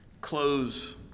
close